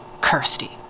Kirsty